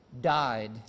died